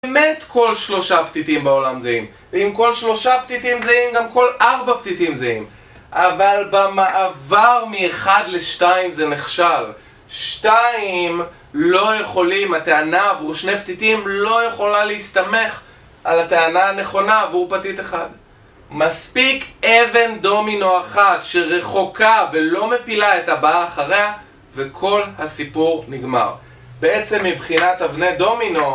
באמת כל שלושה פתיתים בעולם זהים. ואם כל שלושה פתיתים זהים, גם כל ארבע פתיתים זהים אבל במעבר מ-1 ל-2 זה נכשל 2 לא יכולים, הטענה עבור שני פתיתים לא יכולה להסתמך על הטענה הנכונה עבור פתית אחד. מספיק אבן דומינו אחת שרחוקה ולא מפילה את הבא אחריה וכל הסיפור נגמר. בעצם מבחינת אבני דומינו...